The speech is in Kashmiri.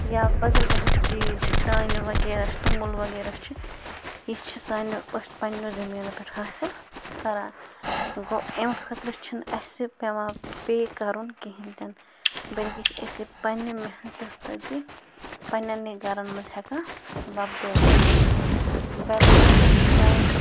یا بدل بدل چیٖز چھِ دانہِ وغیرہ چھِ توٚمُل وغیرہ چھِ یہِ چھِ سان۪و أتھۍ پنٕنٮ۪و زٔمیٖنو پٮ۪ٹھ حٲصِل کَران گوٚو اَمہِ خٲطرٕ چھُنہٕ اَسہِ پٮ۪وان پےَ کَرُن کِہیٖنٛۍ تہِ نہٕ بٔلکہِ چھِ أسۍ یہِ پنٕنہِ محنتہٕ سۭتی پَنہٕ نٮ۪نٕے گَرَن منٛز ہٮ۪کان وۄپدٲوِتھ بیلَنسٕڈ ڈایِٹ